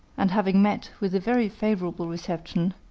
and having met with a very favorable reception,